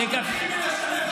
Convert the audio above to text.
בצבא.